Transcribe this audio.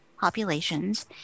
populations